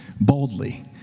boldly